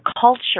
culture